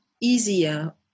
easier